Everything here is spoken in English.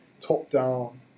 top-down